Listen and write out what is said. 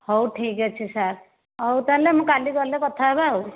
ହେଉ ଠିକ୍ଅଛି ସାର୍ ହେଉ ତାହେଲେ ମୁଁ କାଲି ଗଲେ କଥା ହେବା ଆଉ